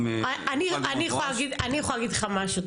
"בואש" --- אני יכולה להגיד לך משהו,